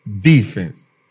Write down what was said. defense